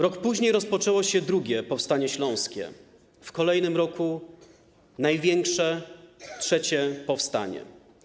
Rok później rozpoczęło się II powstanie śląskie, w kolejnym roku największe - III powstanie.